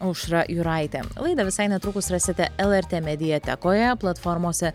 aušra juraitė laidą visai netrukus rasite lrt mediatekoje platformose